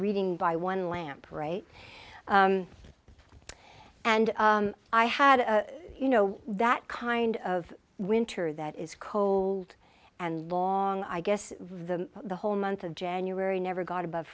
reading by one lamp right and i had you know that kind of winter that is cold and long i guess the whole month of january never got above